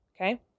Okay